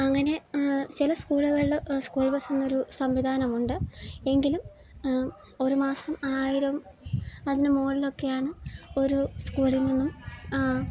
അങ്ങനെ ചില സ്കൂളുകളില് സ്കൂൾ ബസ് എന്നെരു സംവി ധനമുണ്ട് എങ്കിലും ഒരു മാസം ആയിരം അതിന് മോളിലൊക്കെയാണ് ഒരു സ്കൂളിൽ നിന്നും